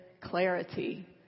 clarity